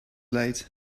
late